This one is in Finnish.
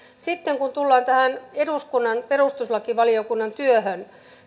sitten kun tullaan tähän eduskunnan perustuslakivaliokunnan työhön